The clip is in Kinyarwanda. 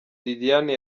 liliane